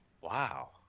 Wow